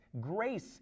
grace